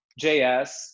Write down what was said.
JS